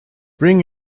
bring